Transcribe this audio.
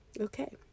Okay